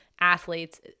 athletes